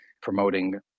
promoting